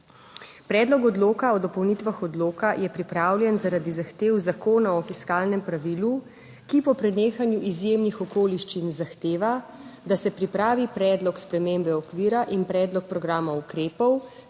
Predlog odloka o dopolnitvah odloka je pripravljen zaradi zahtev Zakona o fiskalnem pravilu, ki po prenehanju izjemnih okoliščin zahteva, da se pripravi predlog spremembe okvira in predlog programa ukrepov,